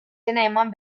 eman